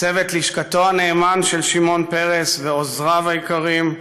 צוות לשכתו הנאמן של שמעון פרס ועוזריו היקרים,